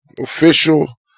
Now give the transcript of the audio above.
Official